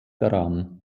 daran